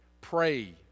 pray